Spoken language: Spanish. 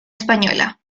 española